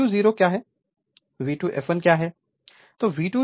अब V2 0 क्या है V2 fl क्या है